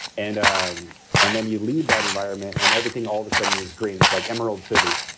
and um and then, you leave that environment and everything all of a sudden is green, it's like emerald city.